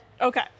Okay